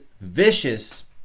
vicious